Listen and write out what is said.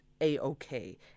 A-OK